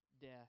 death